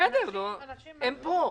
בסדר, הם פה.